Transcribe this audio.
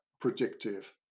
predictive